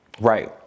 Right